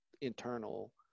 internal